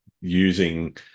using